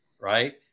right